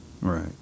Right